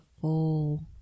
full